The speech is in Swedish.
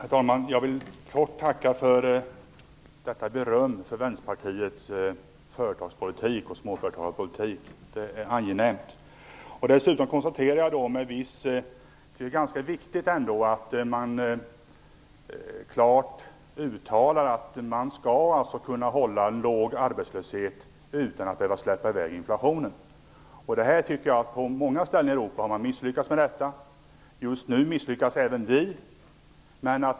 Herr talman! Jag vill tacka för det beröm Vänsterpartiet fick för sin företagspolitik och småföretagarpolitik. Det var angenämt. Jag konstaterar att det ändå är ganska viktigt att man klart uttalar att man skall kunna ha liten arbetslöshet utan att behöva släppa i väg inflationen. På många ställen i Europa har man misslyckats med detta. Just nu misslyckas även vi.